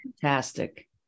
fantastic